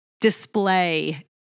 display